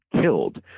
killed